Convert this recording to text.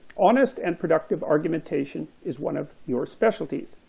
honest and productive argumentation is one of your specialties.